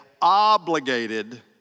obligated